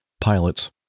pilots